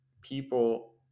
people